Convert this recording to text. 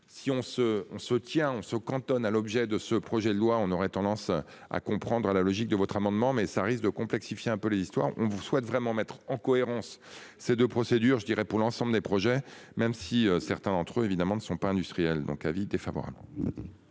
se on se tient on se cantonne à l'objet de ce projet de loi, on aurait tendance à comprendre à la logique de votre amendement mais ça risque de complexifier un peu l'histoire. On vous souhaite vraiment mettre en cohérence, ces 2 procédures je dirais pour l'ensemble des projets, même si certains d'entre eux évidemment ne sont pas industriel donc avis défavorable.